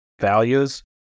values